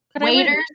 Waiters